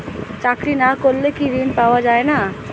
চাকরি না করলে কি ঋণ পাওয়া যায় না?